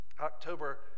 October